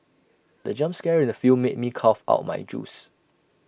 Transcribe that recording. the jump scare in the film made me cough out my juice